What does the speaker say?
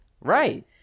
Right